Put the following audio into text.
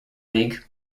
league